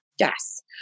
Yes